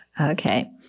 Okay